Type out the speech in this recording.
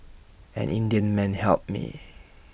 an Indian man helped me